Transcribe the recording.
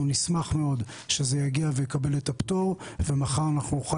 אנחנו נשמח מאוד שזה יגיע ויקבל את הפטור ומחר אנחנו נוכל